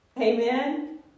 Amen